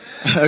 Okay